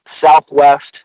southwest